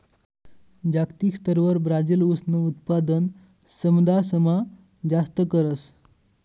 जागतिक स्तरवर ब्राजील ऊसनं उत्पादन समदासमा जास्त करस